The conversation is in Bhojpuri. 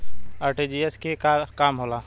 आर.टी.जी.एस के का काम होला?